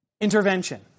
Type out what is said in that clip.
intervention